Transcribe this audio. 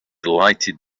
lighted